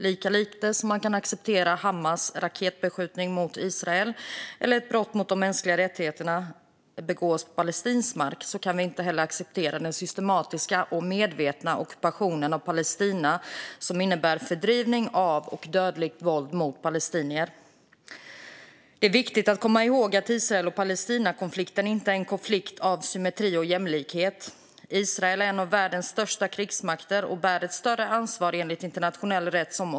Lika lite som vi kan acceptera Hamas raketbeskjutning mot Israel eller att brott mot de mänskliga rättigheterna begås på palestinsk mark kan vi acceptera den systematiska och medvetna ockupationen av Palestina, som innebär fördrivning av och dödligt våld mot palestinier. Det är viktigt att komma ihåg att Israel-Palestina-konflikten inte är en konflikt av symmetri och jämlikhet. Israel har en av världens största krigsmakter och bär som ockupationsmakt större ansvar enligt internationell rätt.